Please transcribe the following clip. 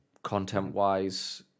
Content-wise